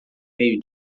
meio